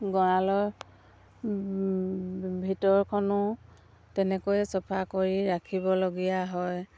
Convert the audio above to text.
গঁৰালৰ ভিতৰখনো তেনেকৈয়ে চাফা কৰি ৰাখিবলগীয়া হয়